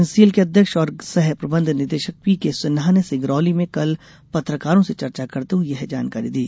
NCL के अध्यक्ष और सह प्रबंध निदेशक पीकेसिन्हा ने सिंगरौली में कल पत्रकारों से चर्चा करते हुए यह जानकारी दी